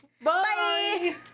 Bye